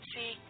See